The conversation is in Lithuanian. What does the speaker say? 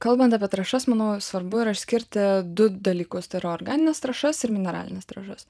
kalbant apie trąšas manau svarbu išskirti du dalykus tai yra organines trąšas ir mineralines trąšas